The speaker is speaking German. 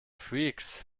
freaks